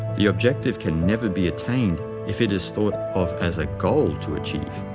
the objective can never be attained if it is thought of as a goal to achieve.